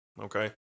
Okay